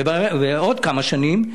עוד כמה שנים,